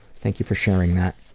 thank you for sharing that.